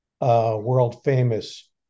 world-famous